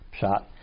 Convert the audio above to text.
shot